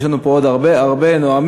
יש לנו פה עוד הרבה הרבה נואמים.